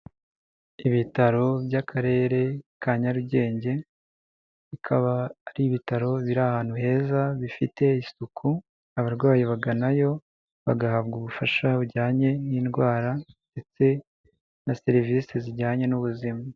ibitaro by'akarere ka Kyarugenge, bikaba ari ibitaro biri ahantu heza bifite isuku abarwayi baganayo bagahabwa ubufasha bujyanye n'indwara ndetse na serivisi zijyanye n'ubuzima.